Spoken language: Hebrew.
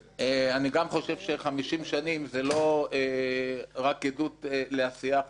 חושב שחמישים שנים זה לא רק עדות לעשייה חשובה